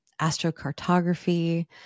astrocartography